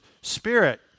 spirit